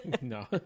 no